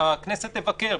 הכנסת תבקר,